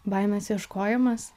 baimės ieškojimas